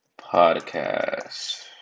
podcast